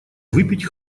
выпить